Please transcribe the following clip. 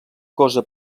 cosa